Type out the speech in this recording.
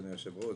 אדוני היושב-ראש,